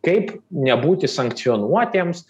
kaip nebūti sankcionuotiems